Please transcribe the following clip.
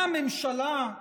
מה הממשלה,